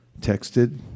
texted